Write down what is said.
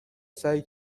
سعی